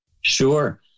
Sure